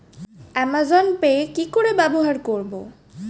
Amazon Pay কি করে ব্যবহার করব?